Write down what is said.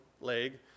leg